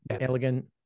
elegant